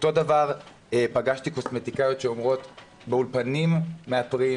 אותו דבר פגשתי קוסמטיקאיות שאומרות ש'באולפנים מאפרים,